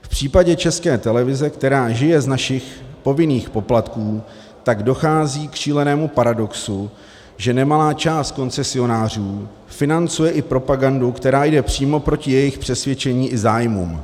V případě České televize, která žije z našich povinných poplatků, tak dochází k šílenému paradoxu, že nemalá část koncesionářů financuje i propagandu, která jde přímo proti jejich přesvědčení i zájmům.